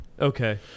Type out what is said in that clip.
Okay